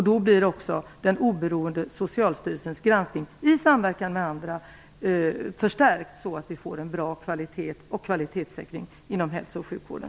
Då blir också den oberoende Socialstyrelsens granskning, i samverkan med andra, förstärkt, så att vi får en bra kvalitetssäkring inom hälso och sjukvården.